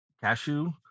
cashew